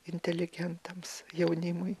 inteligentams jaunimui